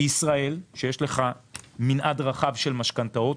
בישראל יש לך מנעד רחב של משכנתאות,